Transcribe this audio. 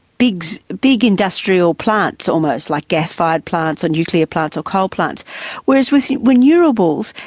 big so big industrial plants, almost like gas-fired plants, or nuclear plants or coal plants whereas, with renewables,